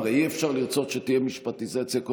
הרי אי-אפשר לרצות שתהיה משפטיזציה כל